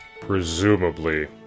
Presumably